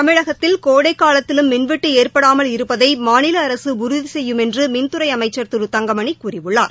தமிழகத்தில் கோடைக்காலத்திலும் மின்வெட்டுஏற்படாமல் இருப்பதைமாநிலஅரசுஉறுதிசெய்யும் என்றுமின்துறைஅமைச்சர் திரு தங்கமணிகூறியுள்ளார்